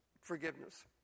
forgiveness